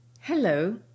Hello